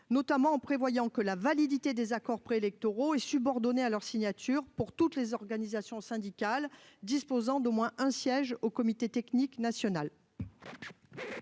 notamment en prévoyant que la validité desdits accords est subordonnée à leur signature par toutes les organisations syndicales disposant d'au moins un siège au comité technique national.